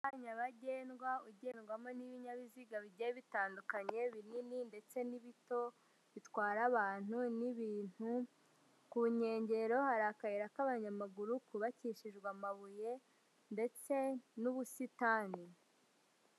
Umuhanda nyabagendwa ugendwamo n'ibinyabiziga bigiye bitandukanye binini ndetse n'ibito bitwara abantu n'ibintu, ku nkengero hari akayira k'abanyamaguru kubakishijwe amabuye ndetse n'ubusitani.